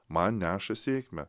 man neša sėkmę